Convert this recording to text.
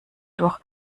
durch